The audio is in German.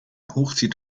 hochzieht